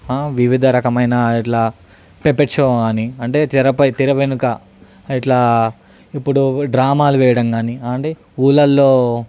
వివిధ రకమైన ఇట్లా పప్పెట్ షో అని అంటే తెర పై తెర వెనుక ఇట్లా ఇప్పుడు డ్రామాలు వేయడం కానీ అంటే ఊళ్ళలో